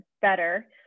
better